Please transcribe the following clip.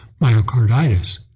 myocarditis